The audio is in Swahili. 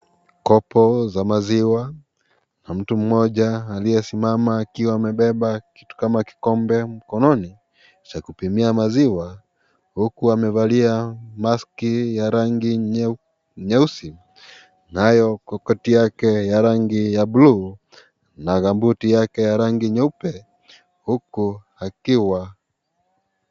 Kopo za maziwa na mtu mmoja aliyesimama akiwa amebeba kitu kama kikombe mkononi cha kupimia maziwa; huku amevalia maski ya rangi nyeusi nayo koti yake ya rangi ya buluu na buti yake ya rangi nyeupe huku akiwa...